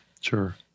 Sure